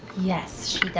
yes,